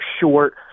short